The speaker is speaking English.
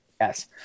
Yes